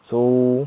so